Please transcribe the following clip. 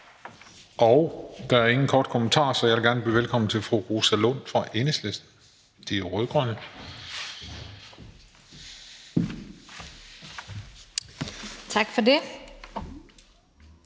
Der er ingen korte bemærkninger, så jeg vil gerne byde velkommen til fru Rosa Lund fra Enhedslisten, De rød-grønne. Kl.